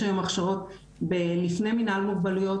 יש היום הכשרות לפני מינהל מוגבלויות,